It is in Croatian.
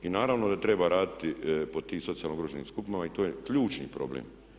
I naravno da treba raditi po tim socijalno ugroženim skupinama i to je ključni problem.